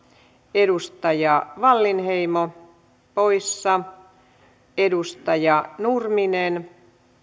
edustaja wallinheimo poissa edustaja nurminen